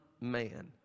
man